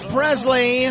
Presley